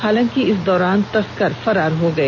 हालांकि इस दौरान सभी तस्कर फरार हो गए